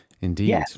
Indeed